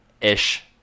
ish